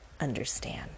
understand